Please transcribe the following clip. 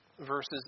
verses